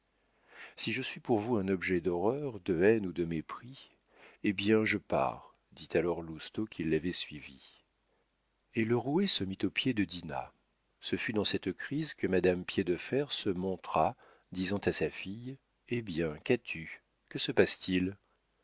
si je suis pour vous un objet d'horreur de haine ou de mépris eh bien je pars dit alors lousteau qui l'avait suivie et le roué se mit aux pieds de dinah ce fut dans cette crise que madame piédefer se montra disant à sa fille eh bien qu'as-tu que se passe-t-il